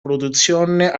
produzione